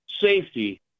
safety